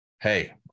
Hey